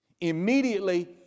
immediately